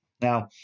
Now